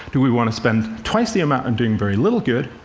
do we want to spend twice the amount on doing very little good?